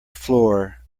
floor